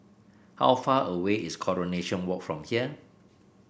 how far away is Coronation Walk from here